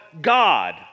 God